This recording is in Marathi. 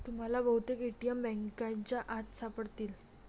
तुम्हाला बहुतेक ए.टी.एम बँकांच्या आत सापडतील